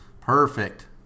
Perfect